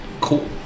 Cool